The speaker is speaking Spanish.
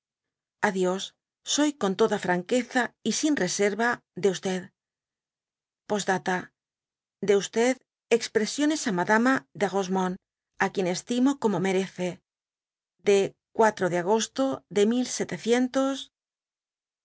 sin adios soy con toda franqueza y sin reserva de p d dé g expresiones á madama de rosemonde á quien estimo como mrece de de agosto de